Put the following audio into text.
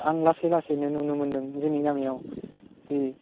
आं लासै लासैनो नुनो मोनदों जोंनि गामियाव जि